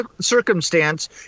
circumstance